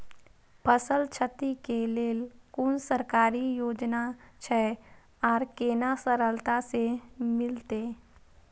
फसल छति के लेल कुन सरकारी योजना छै आर केना सरलता से मिलते?